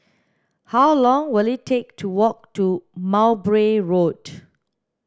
how long will it take to walk to Mowbray Road